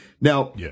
Now